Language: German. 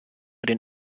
den